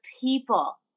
people